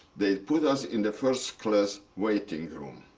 they put us in the first-class waiting room.